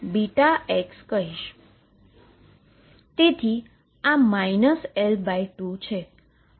તેથી આ L2 છે